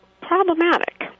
problematic